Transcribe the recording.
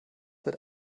wird